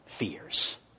fears